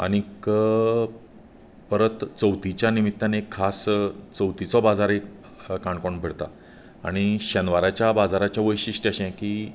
आनीक परत चवथीच्या निमित्तान एक खास चवथीचो बाजारय एक काणकोण करतां आनी शेनवाराच्या बाजाराचे वैशिश्ट अशें की